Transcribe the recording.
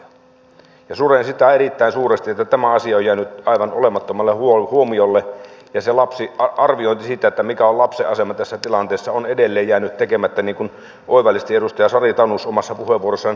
suren sitä erittäin suuresti että tämä asia on jäänyt aivan olemattomalle huomiolle ja se arviointi siitä mikä on lapsen asema tässä tilanteessa on edelleen jäänyt tekemättä niin kuin oivallisesti edustaja sari tanus omassa puheenvuorossaan kuvasi